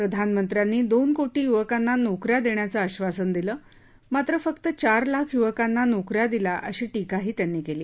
प्रधानमंत्र्यांनी दोन कोटी युवकांना नोक या देण्याचं आक्षासन दिलं मात्र फक्त चार लाख युवकांना नोक या दिल्या अशी टीकाही त्यांनी केली